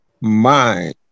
mind